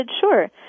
sure